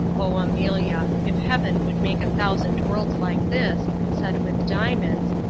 oh, amelia! if heaven would make a thousand worlds like this, set with diamonds,